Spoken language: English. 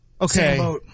okay